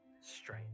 straight